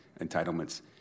entitlements